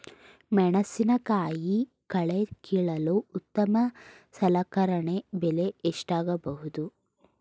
ಮೆಣಸಿನಕಾಯಿ ಕಳೆ ಕೀಳಲು ಉತ್ತಮ ಸಲಕರಣೆ ಬೆಲೆ ಎಷ್ಟಾಗಬಹುದು?